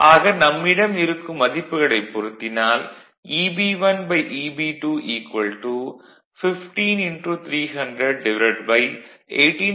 ஆக நம்மிடம் இருக்கும் மதிப்புகளைப் பொருத்தினால் Eb1Eb2 1530018